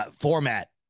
format